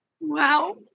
wow